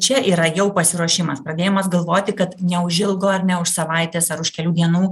čia yra jau pasiruošimas pradėjimas galvoti kad neužilgo ar ne už savaitės ar už kelių dienų